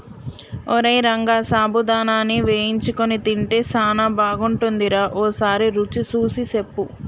ఓరై రంగ సాబుదానాని వేయించుకొని తింటే సానా బాగుంటుందిరా ఓసారి రుచి సూసి సెప్పు